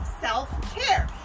self-care